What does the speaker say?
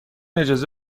اجازه